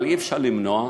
אבל אי-אפשר למנוע.